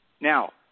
now